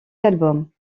albums